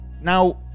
Now